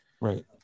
right